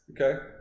Okay